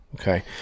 Okay